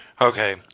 Okay